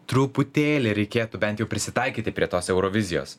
truputėlį reikėtų bent jau prisitaikyti prie tos eurovizijos